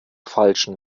falschen